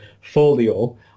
folio